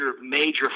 major